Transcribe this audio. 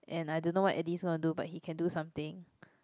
and I don't know what Eddie is going to do but he can do something